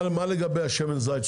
מה לגבי שמן זית?